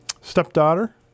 stepdaughter